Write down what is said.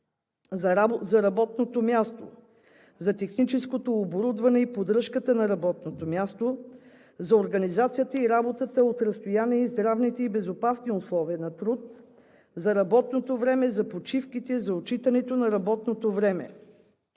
за работното място, за техническото оборудване и поддръжката на работното място, за организацията и работата от разстояние и здравните и безопасни условия на труд, за работното време, за почивките, за отчитането на работното време.